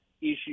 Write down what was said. issue